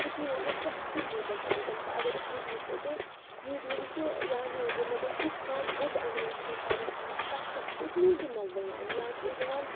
کٔشیٖرِ ہٕنٛدٮ۪ن پریٚتھ کُنہِ لوٗکَن تانٮ۪تھ اگر أسۍ ییٚتہِ وٕچھو تہٕ یوٗجؤلی چھُ یا نِوزَن مطلب تیُتھ کانٛہہ بوٚڑ اٮ۪ناوسمیٚنٹ اگر آسہِ تَتھ خٲطرٕ چھُ أسۍ نِوزَن منٛزِ دِوان یا چھُ أسۍ دِوان